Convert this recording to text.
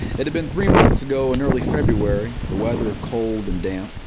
it had been three months ago in early february, the weather cold and damp.